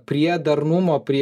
prie darnumo prie